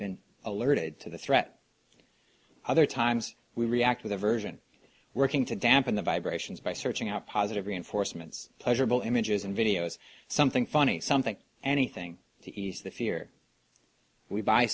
been alerted to the threat other times we react with aversion working to dampen the vibrations by searching out positive reinforcements pleasurable images and videos something funny something anything to ease the fear we buy